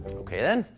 okay then,